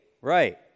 right